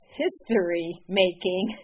history-making